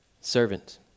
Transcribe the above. servant